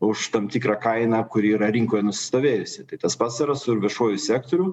už tam tikrą kainą kuri yra rinkoje nusistovėjusi tai tas pats yra su viešuoju sektoriu